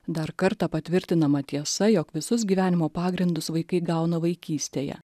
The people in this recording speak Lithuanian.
dar kartą patvirtinama tiesa jog visus gyvenimo pagrindus vaikai gauna vaikystėje